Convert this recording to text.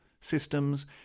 systems